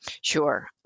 Sure